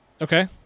Okay